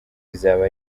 bizaba